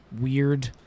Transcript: weird